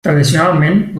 tradicionalment